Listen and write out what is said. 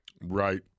right